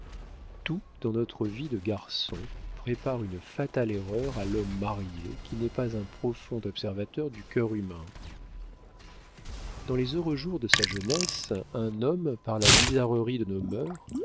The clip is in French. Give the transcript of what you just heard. tout dans notre vie de garçon prépare une fatale erreur à l'homme marié qui n'est pas un profond observateur du cœur humain dans les heureux jours de sa jeunesse un homme par la bizarrerie de nos mœurs